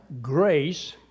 grace